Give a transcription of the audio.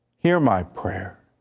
hear my prayer,